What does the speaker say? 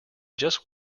just